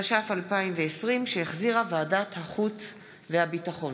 התש"ף 2020, שהחזירה ועדת החוץ והביטחון.